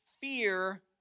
fear